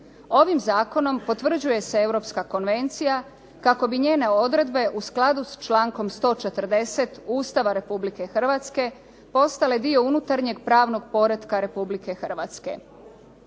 Ovim zakonom potvrđuje se europska konvencija kako bi njene odredbe u skladu s člankom 140. Ustava Republika Hrvatske postale dio unutarnjeg pravnog poretka Republike Hrvatske.